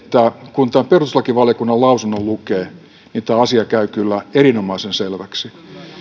kun tämän perustuslakivaliokunnan lausunnon lukee niin tämä asia käy kyllä erinomaisen selväksi